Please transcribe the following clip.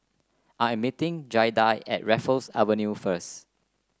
I am meeting Giada at Raffles Avenue first